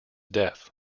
death